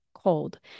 cold